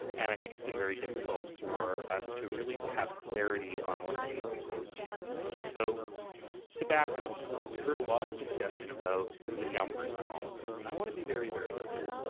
and i think it's been very difficult for us to have clarity on what is being proposed here. so to back up, we've heard a lot of discussion about the numbers on all of this. and i want to be very, very clear.